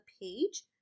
page